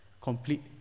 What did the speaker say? Complete